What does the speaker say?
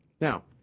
Now